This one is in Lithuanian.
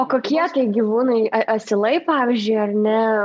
o kokie gyvūnai asilai pavyzdžiui ar ne